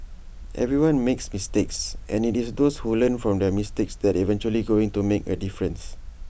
everyone makes mistakes and IT is those who learn from their mistakes that are eventually going to make A difference